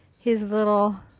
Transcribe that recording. his little,